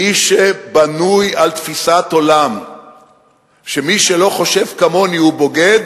מי שבנוי על תפיסת עולם שמי שלא חושב כמוני הוא בוגד,